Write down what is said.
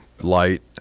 light